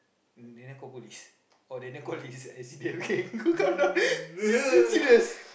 Daniel call police oh Daniel call his S_C_D_F gang come down s~ serious